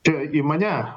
čia į mane